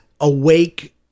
awake